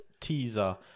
teaser